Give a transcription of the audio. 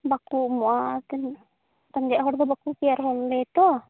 ᱵᱟᱠᱚ ᱮᱢᱚᱜᱼᱟ ᱨᱮᱸᱜᱮᱡᱽ ᱦᱚᱲᱫᱚ ᱵᱟᱠᱚ ᱠᱮᱭᱟᱨ ᱦᱚᱫ ᱟᱞᱮᱭᱟᱛᱳ